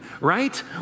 right